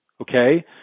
okay